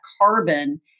carbon